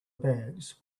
bags